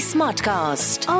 Smartcast